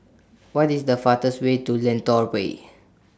What IS The fastest Way to Lentor Way